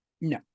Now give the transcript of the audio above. No